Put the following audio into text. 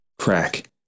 crack